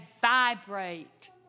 vibrate